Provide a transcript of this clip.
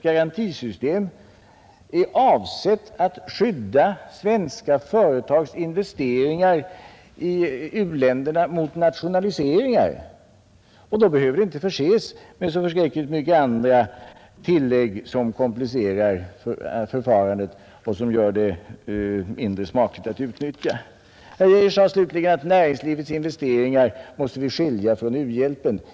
Garantisystemet är ju avsett att skydda svenska företags investeringar i u-länderna mot nationaliseringar, och då behöver det inte förses med så många andra tillägg som komplicerar förfarandet och som gör det mindre smakligt att utnyttja. Herr Geijer sade slutligen att vi måste skilja näringslivets investeringar från u-hjälpen.